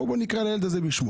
בואו נקרא לילד בשמו